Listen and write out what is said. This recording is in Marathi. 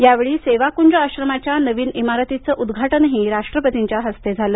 यावेळी सेवा कुंज आश्रमाच्या नवीन इमारतीचं उद्घाटनही राष्ट्रपतींच्या हस्ते झालं